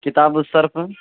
کتاب الصرف